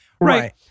right